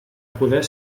poder